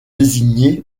désigner